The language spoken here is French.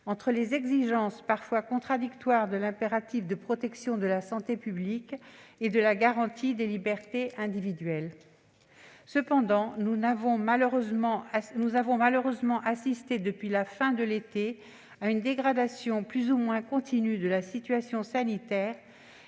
entre les exigences parfois contradictoires que sont l'impératif de protection de la santé publique et la garantie des libertés individuelles. Cependant, nous avons malheureusement assisté depuis la fin de l'été à une dégradation plus ou moins continue de la situation sanitaire